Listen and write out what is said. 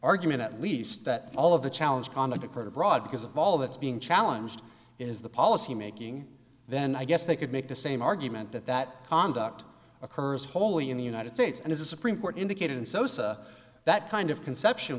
argument at least that all of the challenge conduct a pretty broad because of all that's being challenged is the policy making then i guess they could make the same argument that that conduct occurs wholly in the united states and if the supreme court indicated in sosa that kind of conception